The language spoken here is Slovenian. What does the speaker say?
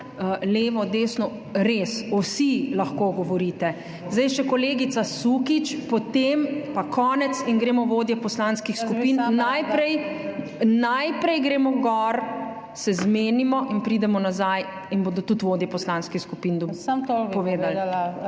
levo, desno? Res, vsi lahko govorite. Zdaj še kolegica Sukič, potem pa konec in gremo vodje poslanskih skupin. Najprej gremo gor, se zmenimo in pridemo nazaj in bodo tudi vodje poslanskih skupin povedali.